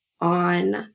on